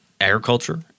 agriculture